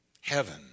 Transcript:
Heaven